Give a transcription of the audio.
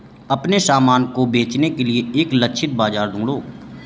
अपने सामान को बेचने के लिए एक लक्षित बाजार ढूंढो